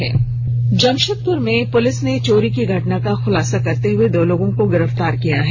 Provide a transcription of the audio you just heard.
खुलासा जमशेदपुर में पुलिस ने चोरी की घटना का खुलासा करते हुए दो लोगों को गिरफ्तार किया है